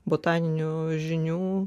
botaninių žinių